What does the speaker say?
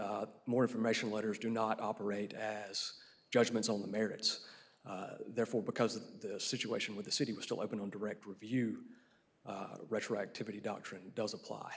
more information letters do not operate as judgments on the merits therefore because of the situation with the city was still open on direct review retroactivity doctrine does